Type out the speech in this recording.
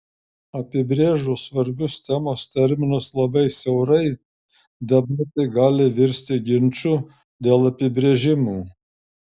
apibrėžus svarbius temos terminus labai siaurai debatai gali virsti ginču dėl apibrėžimų